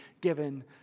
given